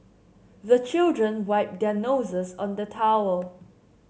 the children wipe their noses on the towel